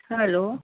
hello